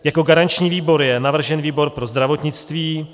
Jako garanční výbor je navržen výbor pro zdravotnictví.